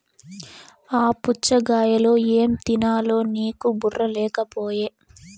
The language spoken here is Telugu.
ఆ పుచ్ఛగాయలో ఏం తినాలో నీకు బుర్ర లేకపోయె